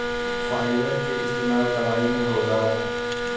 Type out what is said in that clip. fibre कअ इस्तेमाल दवाई में होला